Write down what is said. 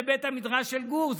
בבית המדרש של גור,